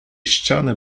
ściany